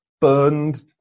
burned